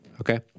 Okay